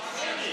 שמי.